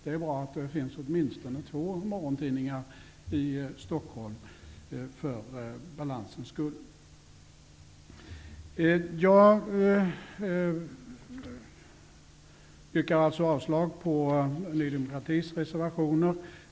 Det är bra att det finns åtminstone två morgontidningar i Stockholm för balansens skull. Jag yrkar alltså avslag på Ny demokratis reservationer.